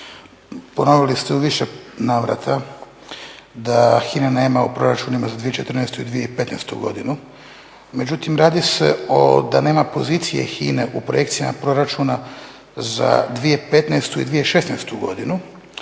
Ponovili ste u više navrata da HINA-e nema u proračunima za 2014. i 2015. Međutim radi se da nema pozicije HINA-e u projekcijama proračuna za 2015. i 2016. godinu,